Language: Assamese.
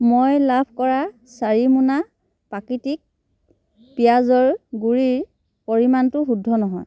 মই লাভ কৰা চাৰি মোনা প্ৰাকৃতিক পিঁয়াজৰ গুড়িৰ পৰিমাণটো শুদ্ধ নহয়